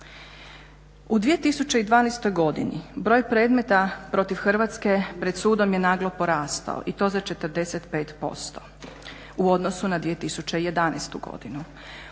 U 2012. godini broj predmeta protiv Hrvatske pred sudom je naglo porastao i to za 45% u odnosu na 2011. godinu.